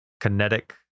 kinetic